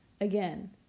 again